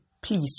Please